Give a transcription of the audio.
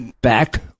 back